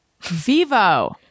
Vivo